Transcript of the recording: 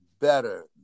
better